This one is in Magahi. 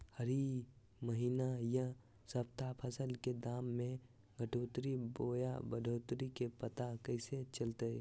हरी महीना यह सप्ताह फसल के दाम में घटोतरी बोया बढ़ोतरी के पता कैसे चलतय?